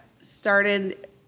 started